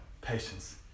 patience